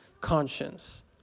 conscience